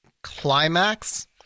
Climax